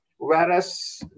Whereas